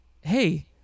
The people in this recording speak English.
Hey-